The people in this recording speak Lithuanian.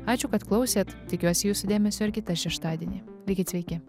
ačiū kad klausėt tikiuosi jūsų dėmesio ir kitą šeštadienį likit sveiki